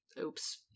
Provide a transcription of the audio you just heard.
Oops